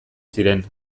ziren